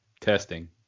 Testing